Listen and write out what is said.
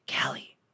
Callie